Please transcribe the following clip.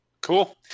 cool